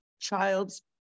child's